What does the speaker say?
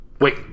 Wait